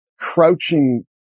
crouching